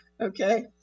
Okay